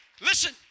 Listen